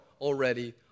already